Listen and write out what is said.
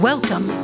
Welcome